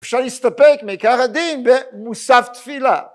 אפשר להסתפק מעיקר הדין במוסף תפילה.